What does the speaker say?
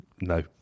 No